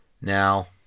Now